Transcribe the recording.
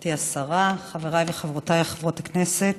גברתי השרה, חבריי וחברותיי חברות הכנסת,